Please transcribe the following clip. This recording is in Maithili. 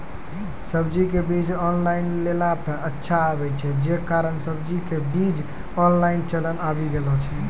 सब्जी के बीज ऑनलाइन लेला पे अच्छा आवे छै, जे कारण सब्जी के बीज ऑनलाइन चलन आवी गेलौ छै?